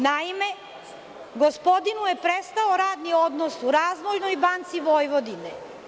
Naime, gospodinu je prestao radni odnos u Razvojnoj banci Vojvodine.